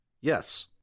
Yes